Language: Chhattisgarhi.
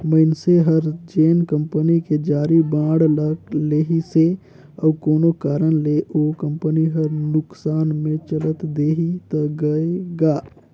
मइनसे हर जेन कंपनी के जारी बांड ल लेहिसे अउ कोनो कारन ले ओ कंपनी हर नुकसान मे चल देहि त गय गा